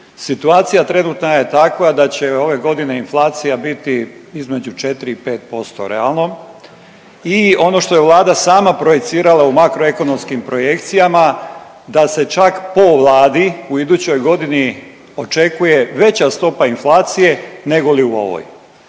situacija trenutna je takva da će ove godine inflacija biti između 4 i 5% realno i ono što je vlada sama projicirala u makroekonomskim projekcijama da se čak po vladi u idućoj godini očekuje veća stopa inflacije nego li u ovoj.